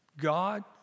God